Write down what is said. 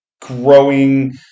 growing